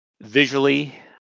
Visually